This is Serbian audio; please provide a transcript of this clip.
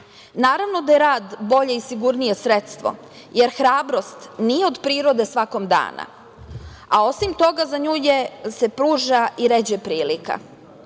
Naravno da je rad bolje i sigurnije sredstvo, jer hrabrost nije od prirode svakog dana, a osim toga za nju se pruža i ređe prilika.